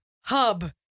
Hub